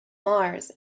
mars